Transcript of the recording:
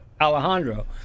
Alejandro